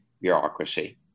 bureaucracy